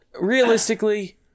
realistically